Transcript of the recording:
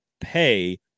pay